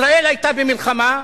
ישראל היתה במלחמה,